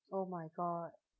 oh my god